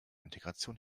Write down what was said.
integration